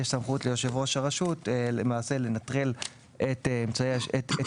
יש סמכות ליושב ראש הרשות לנטרל את הדלתא,